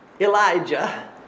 Elijah